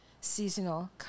seasonal